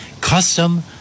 Custom